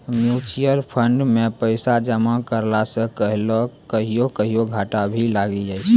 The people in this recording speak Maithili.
म्यूचुअल फंड मे पैसा जमा करला से कहियो कहियो घाटा भी लागी जाय छै